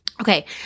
Okay